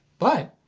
but,